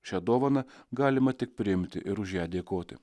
šią dovaną galima tik priimti ir už ją dėkoti